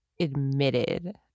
admitted